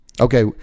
Okay